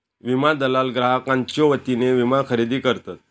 विमा दलाल ग्राहकांच्यो वतीने विमा खरेदी करतत